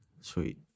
Sweet